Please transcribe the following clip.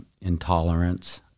intolerance